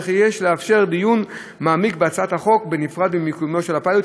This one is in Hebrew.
וכי יש לאפשר דיון מעמיק בהצעת החוק בנפרד מקיומו של הפיילוט.